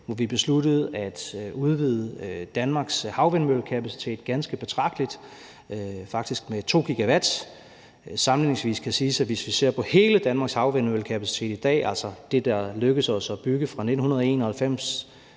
hvor vi besluttede at udvide Danmarks havvindmøllekapacitet ganske betragteligt, faktisk med 2 GW. Sammenligningsvis kan det siges, at hvis vi ser på hele Danmarks havvindmøllekapacitet i dag, altså det, det er lykkedes os at bygge fra 1991